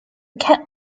ket